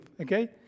okay